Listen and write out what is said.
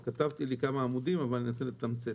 אז כתבתי לי כמה עמודים אבל אנסה לתמצת.